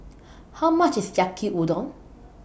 How much IS Yaki Udon